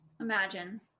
Imagine